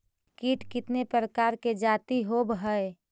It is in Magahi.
कीट कीतने प्रकार के जाती होबहय?